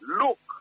look